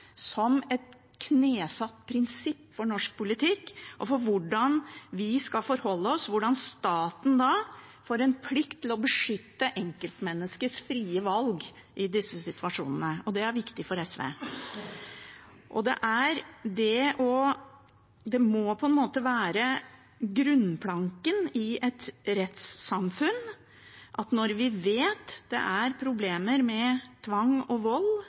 som et prinsipp for norsk politikk, for hvordan vi skal forholde oss til det, og for hvordan staten da får en plikt til å beskytte enkeltmenneskets frie valg i disse situasjonene. Det er viktig for SV. Det må på en måte være bunnplanken i et rettssamfunn når vi vet det er problemer med tvang og vold